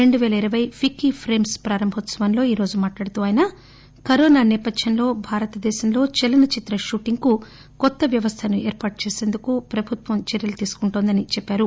రెండు వేల ఇరవై పిక్కీప్రేమ్స్ ప్రారంభోత్సవంలో ఈ రోజు మాట్లాడుతూ ఆయన కరోనా నేపథ్యంలో భారతదేశంలో చలనచిత్ర షూటింగ్ కు కొత్త వ్యవస్థను ఏర్పాటు చేసేందుకు ప్రభుత్వం చర్యలు తీసుకుంటోందని చెప్పారు